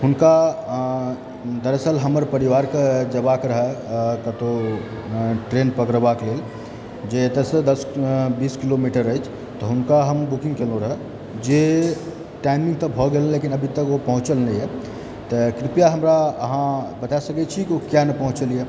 हुनका दरसल हमर परिवारके जेबाक रहऽ कतहुँ ट्रैन पकड़बाक लेल जे एतएसँ दश बीस किलोमीटर अछि तऽ हुनका हम बुकिंग केलहुँ रहऽ जे टाइमिंग तऽ भऽ गेल लेकिन अभीतक ओ पहुँचल नहि अछि तऽ कृपया हमरा अहाँ बता सकैत छी जे किआ नहि पहुँचल यऽ